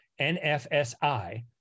NFSI